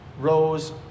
rose